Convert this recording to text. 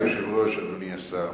אדוני היושב-ראש, אדוני השר,